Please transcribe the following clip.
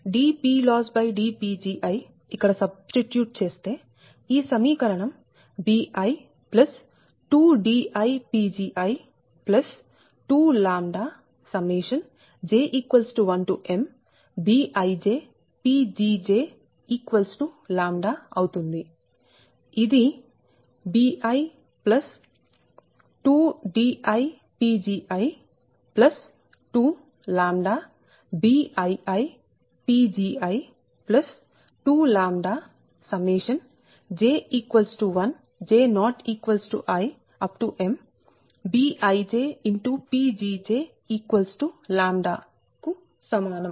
dPLossdPgi ఇక్కడ substitute చేస్తే ఈ సమీకరణంbi2diPgi2λj1mBijPgjλ అవుతుంది ఇది bi2diPgi2λBiiPgi2λj1 j≠imBijPgjλ కు సమానం